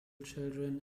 children